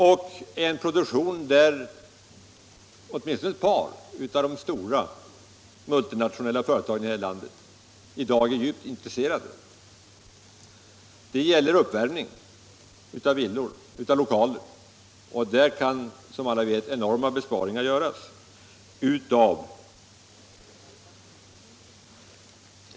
Det är en produkt som åtminstone ett par av de stora multinationella företagen i vårt land i dag är djupt intresserade av. Det gäller alltså kontinuerlig uppvärmning av villor och av andra lokaler där, som alla vet, enorma besparingar av energi kan göras.